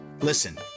Listen